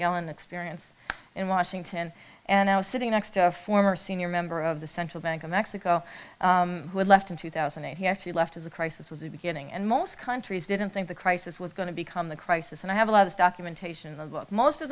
yellen experience in washington and i was sitting next to a former senior member of the central bank of mexico who left in two thousand and eight he actually left as the crisis was the beginning and most countries didn't think the crisis was going to become the crisis and i have a lot of documentation